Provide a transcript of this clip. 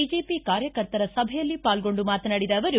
BJP ಕಾರ್ಯಕರ್ತರ ಸಭೆಯಲ್ಲಿ ಪಾಲ್ಗೊಂಡು ಮಾತನಾಡಿದ ಅವರು